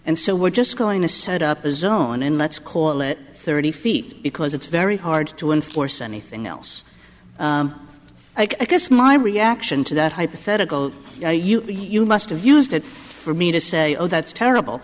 and so we're just going to set up a zone in let's call it thirty feet because it's very hard to enforce anything else i guess my reaction to that hypothetical you must have used it for me to say oh that's terrible